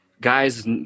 guys